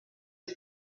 was